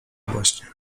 właśnie